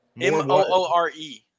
M-O-O-R-E